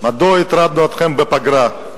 מדוע הטרדנו אתכם בפגרה.